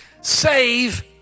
Save